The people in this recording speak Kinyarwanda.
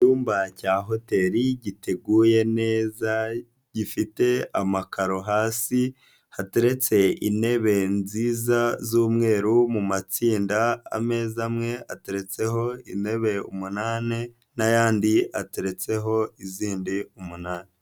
Icyumba cya hoteli giteguye neza gifite amakaro hasi hateretse intebe nziza z'umweru mu matsinda, ameza amwe ateretseho intebe umunani n'ayandi ateretseho izindi umunani.